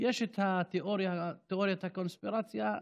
יש את תיאוריית הקונספירציה.